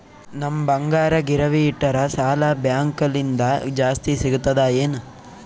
ನಮ್ ಬಂಗಾರ ಗಿರವಿ ಇಟ್ಟರ ಸಾಲ ಬ್ಯಾಂಕ ಲಿಂದ ಜಾಸ್ತಿ ಸಿಗ್ತದಾ ಏನ್?